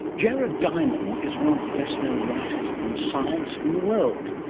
jared diamond is one of the best-known writers on science in the world.